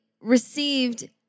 received